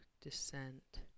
descent